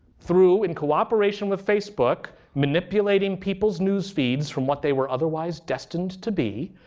through in cooperation with facebook manipulating people's news feeds from what they were otherwise destined to be,